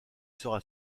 sera